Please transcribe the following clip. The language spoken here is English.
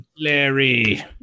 Larry